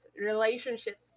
Relationships